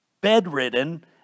bedridden